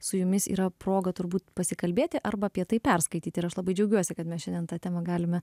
su jumis yra proga turbūt pasikalbėti arba apie tai perskaityti ir aš labai džiaugiuosi kad mes šiandien tą temą galime